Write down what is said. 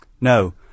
No